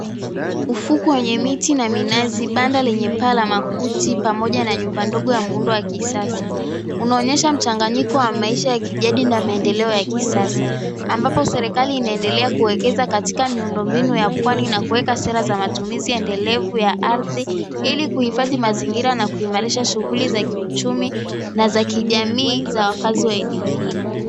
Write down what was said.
Ufukwe wenye miti na minazi, banda lenye paa la makuti pamoja na nyumba ndogo ya muundo wa kisasa. Unaonyesha mchanganyiko wa maisha ya kijadi na maendeleo ya kisasa ambapo serikali inaendelea kuwekeza katika miundombinu ya pwani na kuweka sera za matumizi endelevu ya ardhi ili kuhifadhi mazingira na kuimarisha shughuli za kiuchumi na za kijamii za wakaazi wa eneo hili.